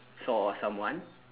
saw someone